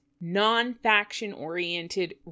non-faction-oriented